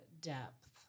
depth